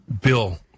Bill